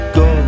go